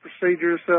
procedures